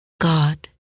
God